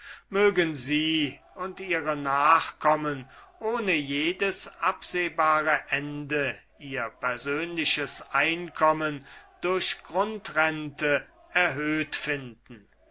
mögen sie und ihre nachkommen ohne jedes absehbare ende ihr persönliches einkommen durch grundrente erhöht finden